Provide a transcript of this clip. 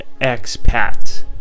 expats